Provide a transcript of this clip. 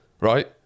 Right